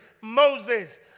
Moses